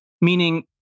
meaning